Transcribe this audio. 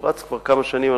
שרץ כבר כמה שנים,